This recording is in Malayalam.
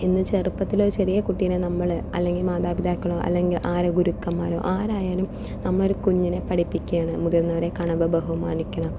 ഇന്ന് ചെറുപത്തിൽ ഒരു ചെറിയ കുട്ടീനെ നമ്മള് അല്ലെങ്കിൽ മാതാപിതാക്കളോ അല്ലെങ്കിൽ ആര് ഗുരുക്കന്മാരോ ആരായാലും നമ്മൾ ഒരു കുഞ്ഞിനെ പഠിപ്പിക്കുകയാണ് മുതിർന്നവരെ കാണുമ്പോൾ ബഹുമാനിക്കണം